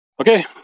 Okay